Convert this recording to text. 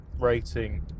rating